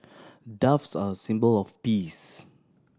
doves are a symbol of peace